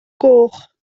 goch